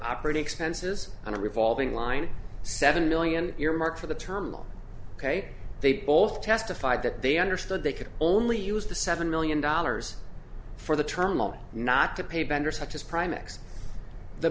operating expenses and a revolving line seven million earmark for the term loan ok they both testified that they understood they could only use the seven million dollars for the turmel not to pay bender such as prime x the